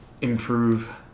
improve